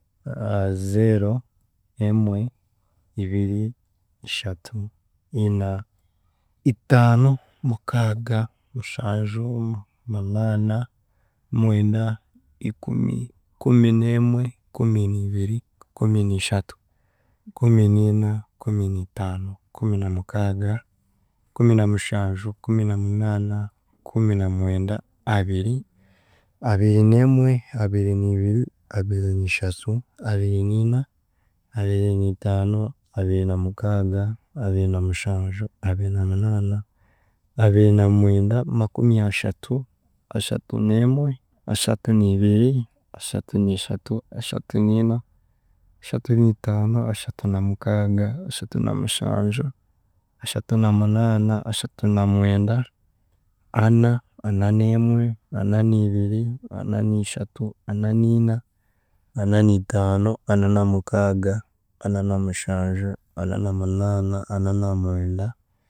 Zeero, Emwe, Ibiri, Ishatu, Ina, Itaano, Mukaaga, Mushanju, Mu- Munaana, Mwenda, Ikumi, Kumineemwe, Kuminiiibiri, Kuminiishatu, Kuminiina, Kuminiitaano, Kuminamukaaga, Kuminamushanju, Kuminaminaana, Kuminamwenda, Abiri, Abirineemwe, Abiriniibiri, Abiriniishatu, Abiriniina, Abiriniitaano, Abirinamukaaga, Abirinamushanju, Abirinamunaana, Abirinamwenda, Makumyashatu, Ashatuneemwe, Ashatuniibiri, Ashatuniishatu, Ashantuniina, Ashantuniitaano, Ashatunamukaaga, Ashatunamushanju, Ashantunamunaana, Ashantunamwenda, Ana, Ananeemwe, Ananiibiri, Ananiishatu, Ananiina, Ananiitaano, Ananamukaaga, Ananamushanju, Ananamunaana, Ananamwenda